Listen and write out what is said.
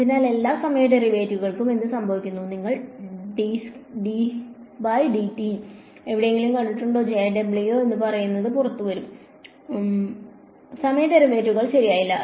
അതിനാൽ എല്ലാ സമയ ഡെറിവേറ്റീവുകൾക്കും എന്ത് സംഭവിക്കും നിങ്ങൾ എവിടെ കണ്ടാലും അത് പുറത്തുവരും സമയ ഡെറിവേറ്റീവ് ശരിയായില്ല